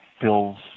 fills